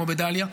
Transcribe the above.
כמו בדאליה,